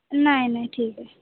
नाही नाही ठीक आहे